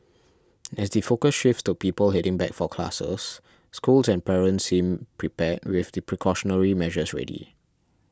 as the focus shifts to people heading back for classes schools and parents seem prepared with the precautionary measures ready